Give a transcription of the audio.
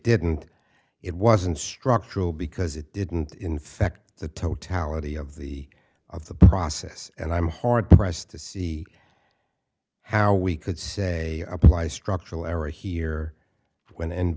didn't it wasn't structural because it didn't infect the totality of the of the process and i'm hard pressed to see how we could say apply structural error here when